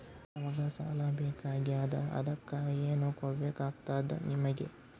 ನಮಗ ಸಾಲ ಬೇಕಾಗ್ಯದ ಅದಕ್ಕ ಏನು ಕೊಡಬೇಕಾಗ್ತದ ನಿಮಗೆ?